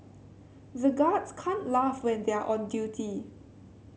the guards can't laugh when they are on duty